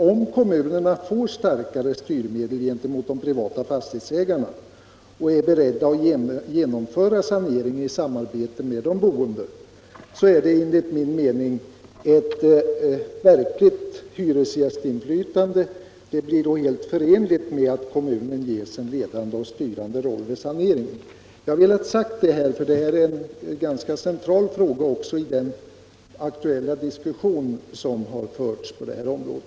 Om kommunerna får starkare styrmedel gentemot de privata fastighetsägarna och om de är beredda att genomföra sanering i samarbete med de boende åstadkommer man enligt min mening ett verkligt hyresgästinflytande, som blir helt förenligt med att kommunerna ges en ledande och styrande roll vid all sanering. Jag har velat säga detta eftersom denna fråga är ganska central i den aktuella diskussionen på detta område.